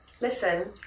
Listen